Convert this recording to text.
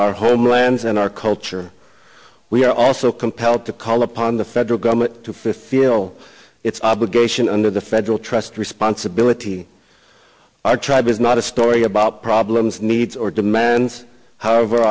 our homelands and our culture we are also compelled to call upon the federal government to fifield its obligation under the federal trust responsibility our tribe is not a story about problems needs or demands however